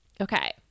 Okay